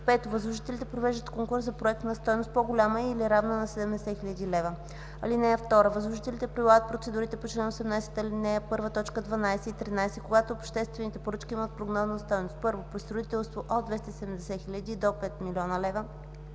5. възложителите провеждат конкурс за проект на стойност, по-голяма или равна на 70 000 лв. (2) Възложителите прилагат процедурите по чл. 18, ал. 1, т. 12 или 13, когато обществените поръчки имат прогнозна стойност: 1. при строителство – от 270 000 лв. до 5 000 000 лв.;